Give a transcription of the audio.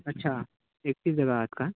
अच्छा एकतीस जणं आहात का